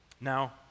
Now